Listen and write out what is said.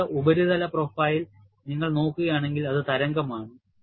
അനുബന്ധ ഉപരിതല പ്രൊഫൈൽ നിങ്ങൾ നോക്കുകയാണെങ്കിൽ അത് തരംഗമാണ്